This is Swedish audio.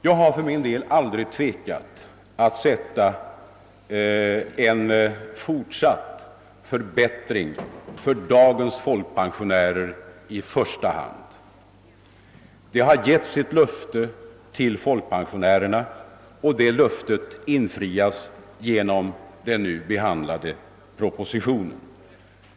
Jag har för min del aldrig tvekat att sätta en fortsatt förbättring för dagens folkpensionärer i första hand. Det har getts ett löfte till folkpensionärerna, och det löftet infrias genom den nu behandlade propositionen.